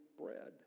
bread